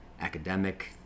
academic